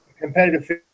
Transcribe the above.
competitive